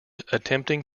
attempting